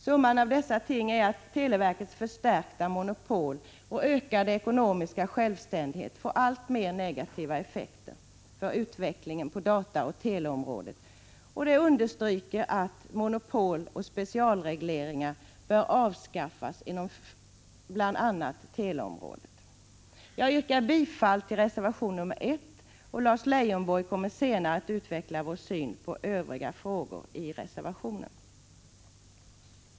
Summan av dessa ting är att televerkets förstärkta monopol och ökade ekonomiska självständighet får alltmer negativa effekter för utvecklingen på dataoch teleområdet, och det understryker att monopol och specialregleringar bör avskaffas inom bl.a. teleområdet. Jag yrkar bifall till reservation nr 1, och Lars Leijonborg kommer senare att ytterligare utveckla vår syn på övriga frågor i reservationen.